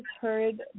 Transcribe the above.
heard